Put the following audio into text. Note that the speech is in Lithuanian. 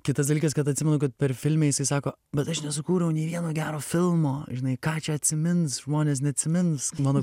kitas dalykas kad atsimenu kad per filme jisai sako bet aš nesukūriau nei vieno gero filmo žinai ką čia atsimins žmonės neatsimins mano